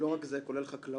לא רק זה, כולל חקלאות.